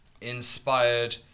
inspired